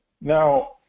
Now